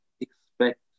expect